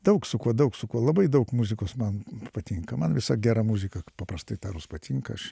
daug su kuo daug su kuo labai daug muzikos man patinka man visa gera muzika paprastai tarus patinka aš